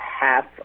half